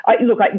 look